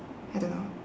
I don't know